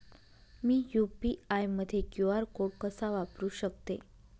मी UPI मध्ये QR code कसा वापरु शकते?